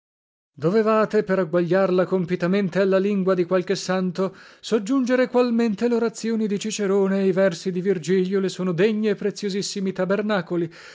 dovevate per agguagliarla compitamente alla lingua di qualche santo soggiungere qualmente lorazioni di cicerone e i versi di virgilio le sono degni e preziosissimi tabernacoli